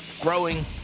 growing